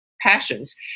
passions